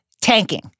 tanking